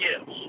yes